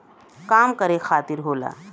काम करे खातिर होला